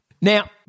Now